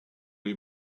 les